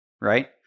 right